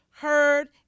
heard